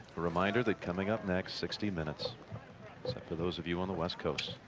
reminder that coming up next. sixty minutes for those of you on the west coast.